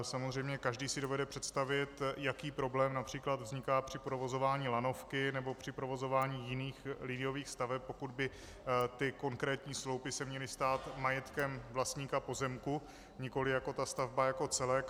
Samozřejmě každý si dovede představit, jaký problém například vzniká při provozování lanovky nebo při provozování jiných liniových staveb, pokud by se konkrétní sloupy měly stát majetkem vlastníka pozemku, nikoliv jako stavba jako celek.